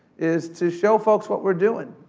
is to show folks what we're doing.